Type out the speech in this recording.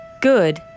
good